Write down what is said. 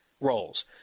roles